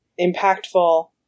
impactful